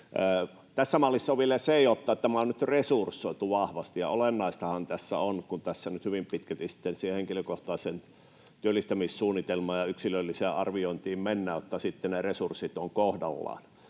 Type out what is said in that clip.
Tässä mallissa on vielä se, että tämä on nyt resursoitu vahvasti, ja olennaistahan tässä on, kun tässä nyt hyvin pitkälti sitten siihen henkilökohtaiseen työllistämissuunnitelmaan ja yksilölliseen arviointiin mennään, että ne resurssit ovat sitten kohdallaan.